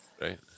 right